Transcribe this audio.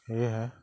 সেয়েহে